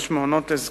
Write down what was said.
יש מעונות לזקנים,